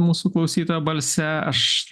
mūsų klausytojo balse aš